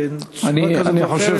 בצורה כזאת או אחרת,